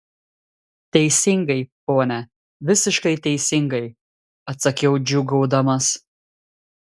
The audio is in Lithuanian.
teisingai pone visiškai teisingai atsakiau džiūgaudamas